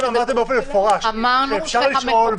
אתם אמרתם במפורש שאפשר לשאול,